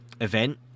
event